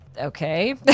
Okay